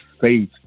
faith